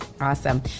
Awesome